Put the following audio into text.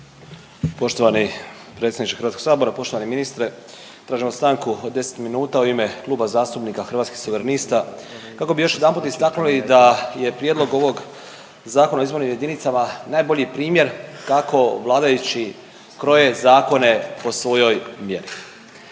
Poštovani predsjedniče Hrvatskog sabora, poštovani ministre tražimo stanku od 10 minuta u ime Kluba zastupnika Hrvatskih suverenista kako bi još jedanput istaknuli da je prijedlog ovog Zakona o izbornim jedinicama najbolji primjer kako vladajući kroje zakone po svojoj mjeri.